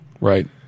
right